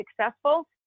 successful